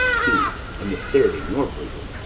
two, and the third in your bosom!